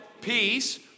peace